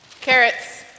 Carrots